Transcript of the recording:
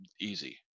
easy